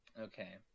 Okay